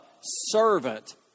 servant